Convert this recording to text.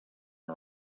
are